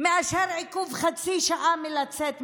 מאשר עיכוב של חצי שעה מלצאת מהבית.